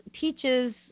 teaches